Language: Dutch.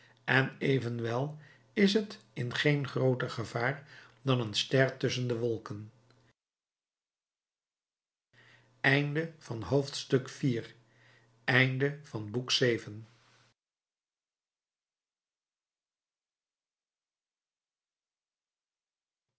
en evenwel is het in geen grooter gevaar dan een ster tusschen de wolken